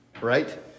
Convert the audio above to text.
Right